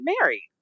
married